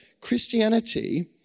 Christianity